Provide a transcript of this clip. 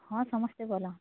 ହଁ ସମସ୍ତେ ଭଲ